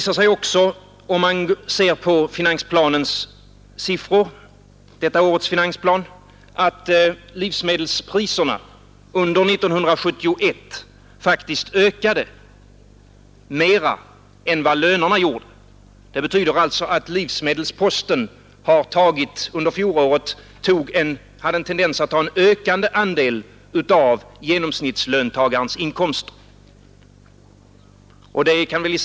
Ser man på siffrorna i detta års finansplan visar det sig också att livsmedelspriserna under 1971 faktiskt ökade mera än vad lönerna gjorde. Det betyder alltså att livsmedelsposten under fjolåret hade en tendens att ta en ökande andel av genomsnittslöntagarens inkomster.